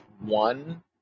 one